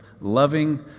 loving